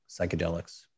psychedelics